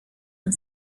and